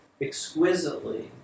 exquisitely